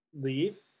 leave